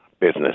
Business